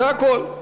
זה הכול.